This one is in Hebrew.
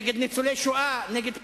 נגד ניצולי השואה, נגד הפריפריה,